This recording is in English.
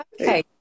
Okay